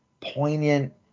poignant